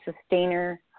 sustainer